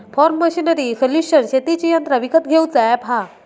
form machinery solution शेतीची यंत्रा विकत घेऊचा अॅप हा